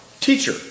Teacher